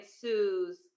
sues